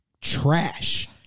trash